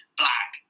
black